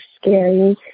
scary